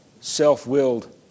self-willed